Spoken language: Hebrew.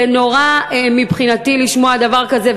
זה נורא מבחינתי לשמוע דבר כזה,